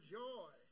joy